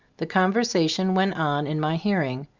the conversation went on in my hearing,